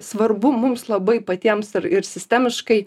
svarbu mums labai patiems ir ir sistemiškai